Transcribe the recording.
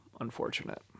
unfortunate